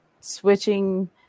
switching